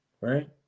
right